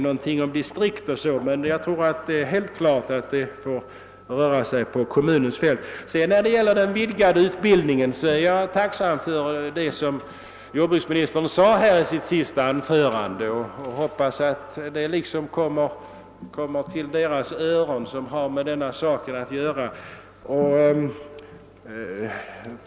Jag skrev i interpellationen något om »distriktsplanet», men det är klart att arbetet först och främst skall ske inom kommunens ram. Vad den vidgade utbildningen beträffar är jag tacksam för vad jordbruksministern sade i sitt senaste anförande. Jag hoppas att detta kommer till deras öron som har med denna sak att göra.